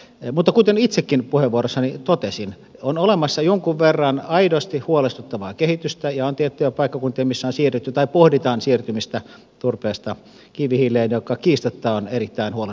mutta kuten itsekin puheenvuorossani totesin on olemassa jonkun verran aidosti huolestuttavaa kehitystä ja on tiettyjä paikkakuntia missä on siirrytty tai pohditaan siirtymistä turpeesta kivihiileen mikä kiistatta on erittäin huolestuttavaa niin kuin tässä totesinkin